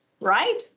Right